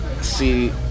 see